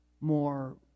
More